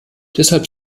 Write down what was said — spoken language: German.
deshalb